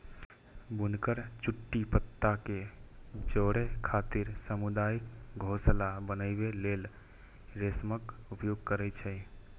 बुनकर चुट्टी पत्ता कें जोड़ै खातिर सामुदायिक घोंसला बनबै लेल रेशमक उपयोग करै छै